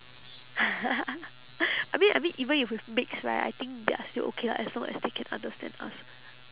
I mean I mean even if we mix right I think they are still okay lah as long as they can understand us